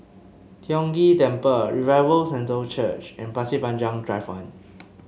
Tiong Ghee Temple Revival Centre Church and Pasir Panjang Drive One